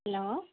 hello